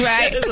Right